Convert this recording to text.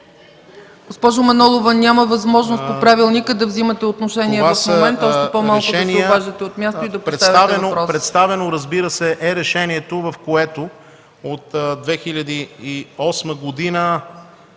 Госпожо Манолова, няма възможност по правилника да вземате отношение в момента, още по-малко да се обаждате от място и да поставяте въпрос.